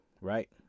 right